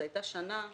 זו הייתה שנה בה